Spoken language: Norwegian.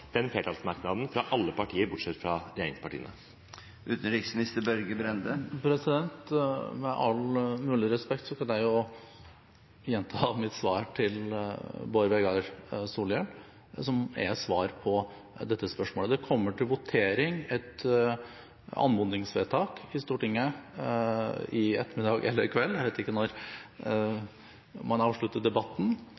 den flertallsmerknaden fra alle partier, bortsett fra regjeringspartiene? Med all mulig respekt kan jeg gjenta mitt svar til Bård Vegar Solhjell, som er svar på dette spørsmålet: Det kommer til votering et anmodningsvedtak i Stortinget i ettermiddag eller i kveld – jeg vet ikke når man